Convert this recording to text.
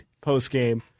post-game –